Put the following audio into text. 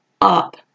up